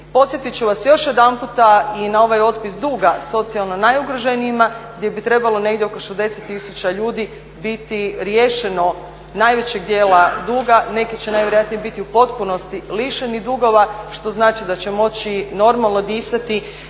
Podsjetit ću vas još jedanput i na ovaj otpis duga socijalno najugroženijima gdje bi trebalo negdje oko 60 000 ljudi biti riješeno najvećeg dijela duga. Neki će najvjerojatnije biti u potpunosti lišeni dugova što znači da će moći normalno disati.